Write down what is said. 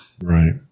Right